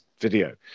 video